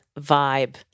vibe